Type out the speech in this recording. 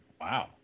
Wow